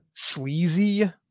sleazy